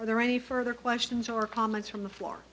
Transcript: are there any further questions or comments from the floor